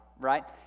right